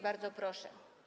Bardzo proszę.